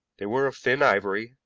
they were thin ivory,